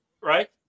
right